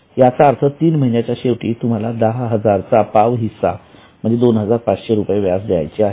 याचा अर्थ तीन महिन्याच्या शेवटी तुम्हाला दहा हजार चा पाव हिस्सा म्हणजे 2500 रुपये द्यावयाचे आहेत